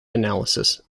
analysis